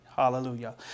Hallelujah